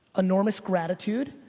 enormous gratitude,